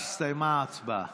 הסתיימה ההצבעה.